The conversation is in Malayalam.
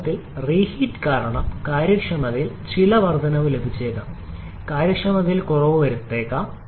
വാസ്തവത്തിൽ റീഹീറ്റ് കാരണം കാര്യക്ഷമതയിൽ ചില വർദ്ധനവ് ലഭിച്ചേക്കാം കാര്യക്ഷമതയിലും കുറവു വരുത്തുക